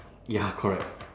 ya correct